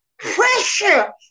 Pressure